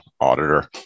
auditor